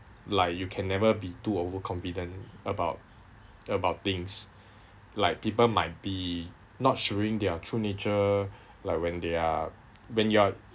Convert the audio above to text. like you can never be too overconfident about about things like people might be not showing their true nature like when they are when you're